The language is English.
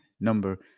number